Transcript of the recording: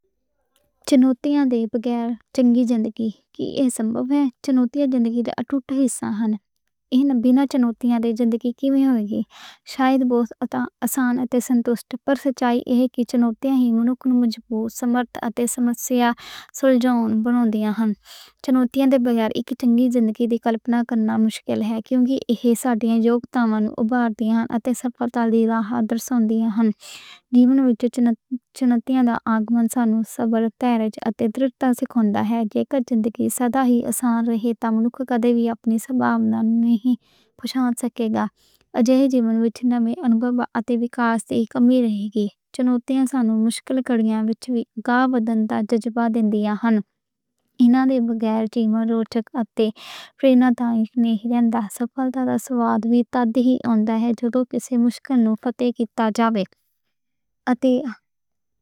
چنوتیاں دے بغیر چنگی زندگی ممکن ہے؟ شاید، پر سچائی ایہ ہے کہ چنوتیاں سانوں سمت اتے سمسیا سلجھاؤن سکھاؤندیاں ہن۔ چنوتیاں دے بغیر اک ٹنگی زندگی دی کلپنا کرنا مشکل ہے۔ کیوں کہ ایہ ساڈیاں یوگتاں نوں ابھاردیاں ہن اتے سنتوشٹی پیدا کر دیاں ہن۔ جیون وچ چنتا دا اگمن سانوں صبر، دھیراج اتے درڑتا سکھاؤندا ہے۔ جے کر زندگی سدا ہی آسان رہے، تے انسان اپنی سمبھاوناؤں نوں پورا نہیں کر سکے۔ جے جیون وچ نمی انبھو اتے وکاس دی کمی رہے گی۔ چنوتیاں سانوں مشکل حالتاں وچ وی ہمت آؤندا جذبہ دندیاں ہن۔ اینا دے بغیر جیون روچک اتے پریرنا دایک نہیں رہندا، سفلتا دا سواد وی تَدّوں ہوندا ہے جدوں کسے مشکل نکتے تے جاوے۔